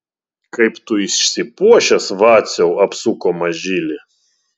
kaip tu išsipuošęs vaciau apsuko mažylį